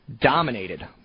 dominated